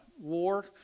War